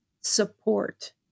support